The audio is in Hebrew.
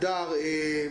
הדר,